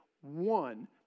one